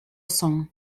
son